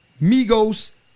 Migos